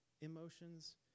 emotions